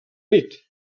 nit